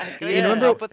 remember